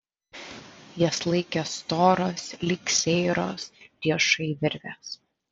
jas laikė storos lyg seiros riešai virvės